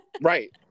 right